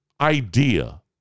idea